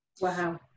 Wow